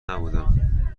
نبودم